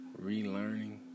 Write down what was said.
relearning